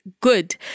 Good